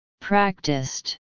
Practiced